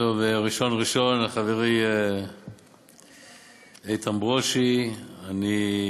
טוב, ראשון ראשון, חברי איתן ברושי, א.